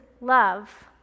love